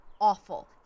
awful